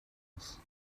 else